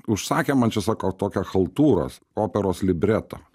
užsakė man čia sako tokia chaltūros operos libretą